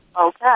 Okay